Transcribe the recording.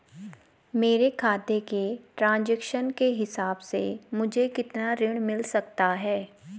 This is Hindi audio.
मेरे खाते के ट्रान्ज़ैक्शन के हिसाब से मुझे कितना ऋण मिल सकता है?